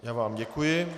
Já vám děkuji.